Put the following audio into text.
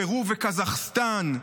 פרו וקזחסטאן.